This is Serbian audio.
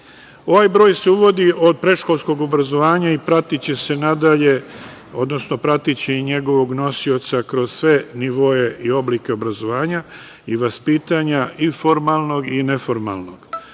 broj se uvodi od predškolskog obrazovanja i pratiće se nadalje, odnosno pratiće i njegovog nosioca kroz sve nivoe i oblike obrazovanja i vaspitanja i formalnog i neformalnog.